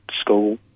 school